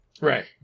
Right